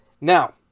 Now